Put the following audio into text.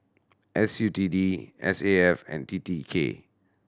S U T D S A F and T T K